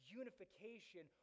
unification